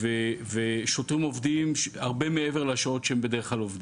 בכל מקום שוטרים עובדים הרבה מעבר לשעות שהם בדרך כלל עובדים,